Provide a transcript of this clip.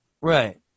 Right